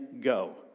go